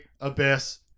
Abyss